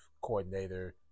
coordinator